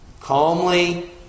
Calmly